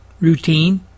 routine